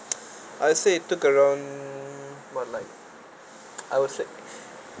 I would say it took around not like I would say